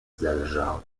zelżał